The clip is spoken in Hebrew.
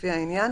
- -לפי העניין,